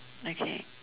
okay